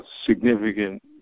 significant